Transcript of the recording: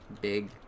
big